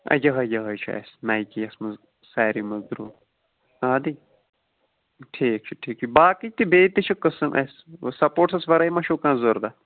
یِہٕے یِہٕے چھِ اَسہِ نایِکیَس منٛز سارِوی منٛز برونٛہہ آدٕ ٹھیٖک چھُ ٹھیٖک چھُ باقٕے تہٕ بیٚیہِ تہِ چھٕ قٕسٕم اَسہِ سَپوٹٕسس وَرٲے ما چھُو کانٛہہ ضوٚرَتھ